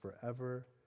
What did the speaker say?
forever